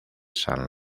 san